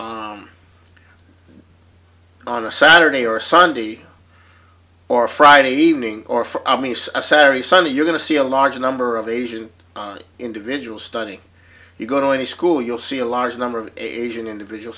on a saturday or sunday or friday evening or for a saturday sunday you're going to see a large number of asian individuals studying you go to any school you'll see a large number of asian individual